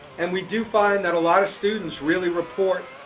and we do find that a lot of students really report